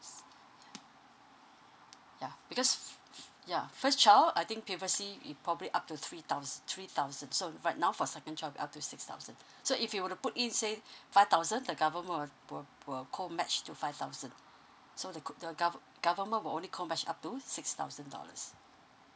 s~ ya ya because f~ yeah first child I think previously it probably up to three thous~ three thousands so right now for second child will be up six thousand so if you were to put in say five thousand the government will will will poor poor co match to five thousand so the co~ the gover~ government will only co match up to six thousand dollars